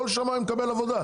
כל שמאי מקבל עבודה.